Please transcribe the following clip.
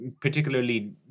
particularly